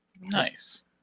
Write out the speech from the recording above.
Nice